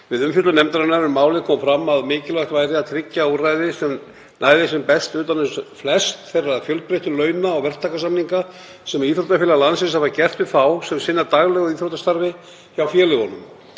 Við umfjöllun nefndarinnar um málið kom fram að mikilvægt væri að tryggja að úrræðið næði sem best utan um flesta þeirra fjölbreyttu launa- og verktakasamninga sem íþróttafélög landsins hafa gert við þá sem sinna daglegu íþróttastarfi hjá félögunum.